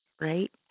right